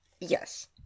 Yes